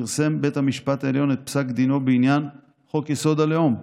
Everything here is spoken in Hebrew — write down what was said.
פרסם בית המשפט העליון את פסק דינו בעניין חוק-יסוד: הלאום.